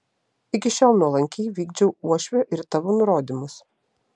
iki šiol nuolankiai vykdžiau uošvio ir tavo nurodymus